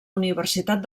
universitat